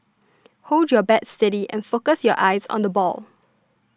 hold your bat steady and focus your eyes on the ball